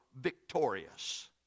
victorious